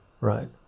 right